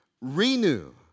renew